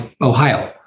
ohio